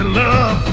love